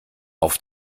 auf